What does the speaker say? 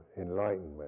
enlightenment